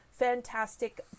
fantastic